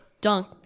dunk